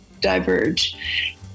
diverge